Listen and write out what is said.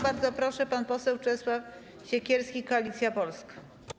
Bardzo proszę, pan poseł Czesław Siekierski, Koalicja Polska.